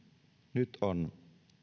nyt on